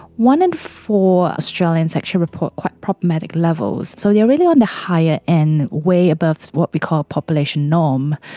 one in four australians actually report quite problematic levels, so they are really on the higher end, way above what we call population norm.